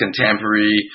contemporary